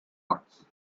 ones